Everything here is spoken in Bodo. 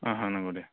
हा हा नंगौ दे